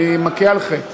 אני מכה על חטא.